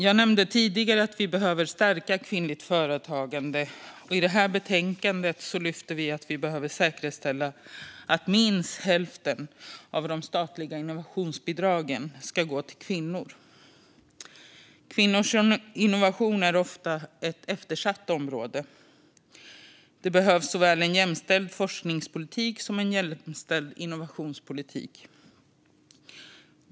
Jag nämnde tidigare att vi behöver stärka kvinnligt företagande, och i detta betänkande lyfter vi att vi behöver säkerställa att minst hälften av de statliga innovationsbidragen går till kvinnor. Kvinnors innovation är ett ofta eftersatt område. Det behövs såväl en jämställd forskningspolitik som en jämställd innovationspolitik.